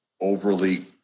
overly